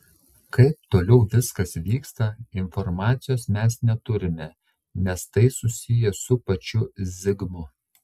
kaip toliau viskas vyksta informacijos mes neturime nes tai susiję su pačiu zigmu